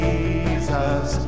Jesus